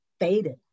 faded